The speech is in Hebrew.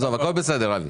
הכול בסדר.